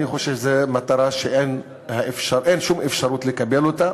אני חושב שזו מטרה שאין שום אפשרות לקבל אותה